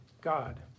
God